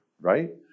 right